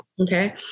Okay